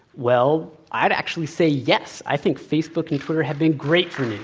well, i'd actually say yes. i think facebook and twitter have been great for news.